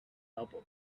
album